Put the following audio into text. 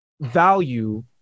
value